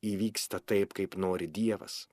įvyksta taip kaip nori dievas